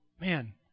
Man